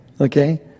Okay